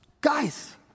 Guys